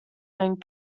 doing